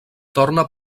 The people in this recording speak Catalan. torna